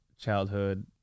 childhood